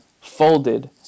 folded